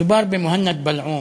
מדובר במוהנד בלעום,